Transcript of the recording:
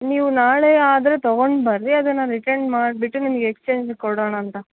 ನೀವು ನಾಳೆ ಆದರೆ ತಗೊಂಡು ಬನ್ರಿ ಅದನ್ನ ರಿಟನ್ ಮಾಡಿಬಿಟ್ಟು ನಿಮ್ಗೆ ಎಕ್ಸ್ಚೇಂಜ್ ಕೊಡೋಣ ಅಂತ